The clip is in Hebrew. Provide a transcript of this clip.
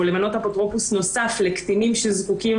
או למנות אפוטרופוס נוסף לקטינים שזקוקים